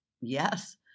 Yes